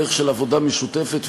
דרך של עבודה משותפת,